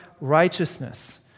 righteousness